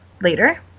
Later